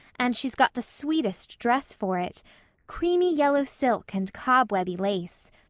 and she's got the sweetest dress for it creamy yellow silk and cobwebby lace.